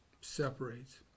separates